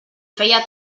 feia